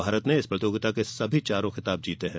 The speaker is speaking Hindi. भारत ने इस प्रतियोगिता के सभी चारों खिताब जीते हैं